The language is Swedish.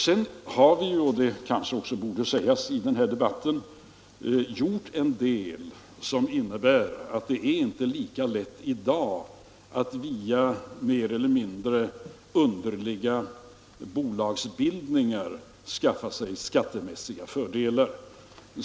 Vidare har vi — det kanske också bör sägas i den här debatten — gjort en del som innebär att det inte längre är lika lätt att via mer eller mindre underliga bolagsbildningar skaffa sig skattemässiga fördelar.